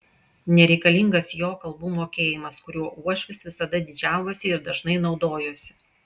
nereikalingas jo kalbų mokėjimas kuriuo uošvis visada didžiavosi ir dažnai naudojosi